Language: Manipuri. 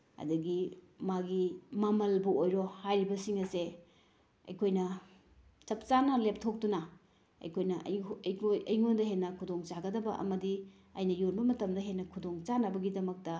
ꯑꯗꯒꯤ ꯃꯥꯒꯤ ꯃꯃꯜꯕꯨ ꯑꯣꯏꯔꯣ ꯍꯥꯏꯔꯤꯕꯁꯤꯡ ꯑꯁꯦ ꯑꯩꯈꯣꯏꯅ ꯆꯞ ꯆꯥꯅ ꯂꯦꯞꯊꯣꯛꯇꯨꯅ ꯑꯩꯈꯣꯏ ꯑꯩꯉꯣꯟꯗ ꯍꯦꯟꯅ ꯈꯨꯗꯣꯡ ꯆꯥꯒꯗꯕ ꯑꯃꯗꯤ ꯑꯩꯅ ꯌꯣꯟꯕ ꯃꯇꯝꯗ ꯍꯦꯟꯅ ꯈꯨꯗꯣꯡ ꯆꯥꯅꯕꯒꯤꯗꯃꯛꯇ